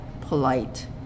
polite